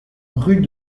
rue